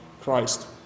Christ